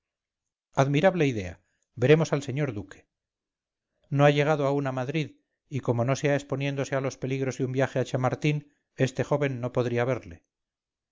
admirable idea veremos al señor duque no ha llegado aún a madrid y como no sea exponiéndose a los peligros de un viaje a chamartín este joven no podría verle